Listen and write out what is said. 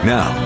Now